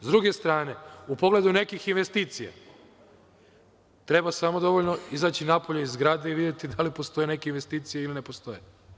S druge strane, u pogledu nekih investicija treba samo dovoljno izaći napolje iz zgrade i videti da li postoje neke investicije ili ne postoje.